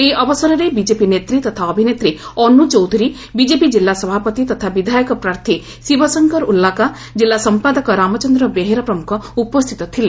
ଏହି ଅବସରରେ ବିଜେପି ନେତ୍ରୀ ତଥା ଅଭିନେତ୍ରୀ ଅନ୍ନ ଚୌଧୁରୀ ବିଜେପି ଜିଲ୍ଲା ସଭାପତି ତଥା ବିଧାୟକ ପ୍ରାର୍ଥୀ ଶିବ ଶଙ୍କର ଉଲ୍ଲାକା ଜିଲ୍ଲ ସମ୍ପାଦକ ରାମଚନ୍ଦ୍ର ବେହେରା ପ୍ରମୁଖ ଉପସ୍ରିତ ଥିଲେ